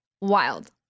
Wild